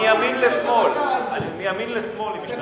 מימין לשמאל היא משתנה.